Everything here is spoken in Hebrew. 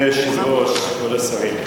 אדוני היושב-ראש, כבוד השרים,